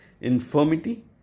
infirmity